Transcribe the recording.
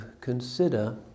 consider